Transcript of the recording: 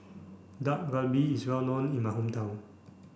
Dak Galbi is well known in my hometown